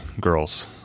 girls